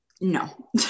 no